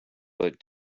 but